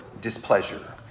displeasure